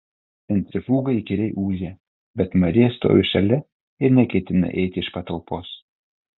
centrifuga įkyriai ūžia bet marija stovi šalia ir neketina eiti iš patalpos